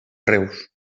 reus